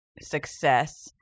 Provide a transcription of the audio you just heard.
success